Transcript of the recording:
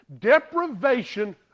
deprivation